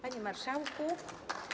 Panie Marszałku!